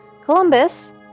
Columbus